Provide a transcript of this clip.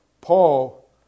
Paul